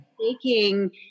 taking